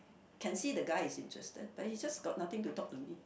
can see the guy is interested but he just got nothing to talk to me